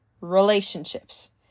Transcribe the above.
relationships